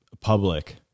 public